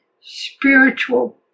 spiritual